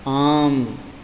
आम्